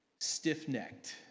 stiff-necked